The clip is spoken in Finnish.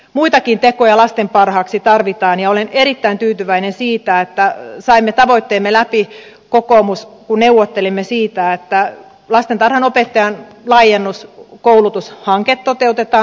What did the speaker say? muitakin tekoja lasten parhaaksi tarvitaan ja olen erittäin tyytyväinen siitä että saimme kokoomus tavoitteemme läpi kun neuvottelimme siitä että lastentarhanopettajan laajennuskoulutushanke toteutetaan